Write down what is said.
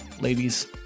ladies